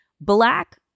Black